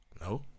No